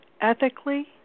ethically